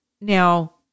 Now